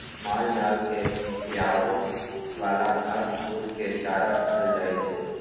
मालजाल केँ खिआबे बला घास फुस केँ चारा कहल जाइ छै